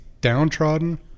downtrodden